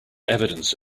evidence